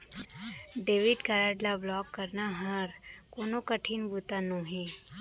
debit card ल block कराना हर कोनो कठिन बूता नोहे